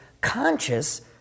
conscious